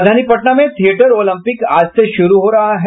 राजधानी पटना में theatre olympic आज से शुरु हो रहा है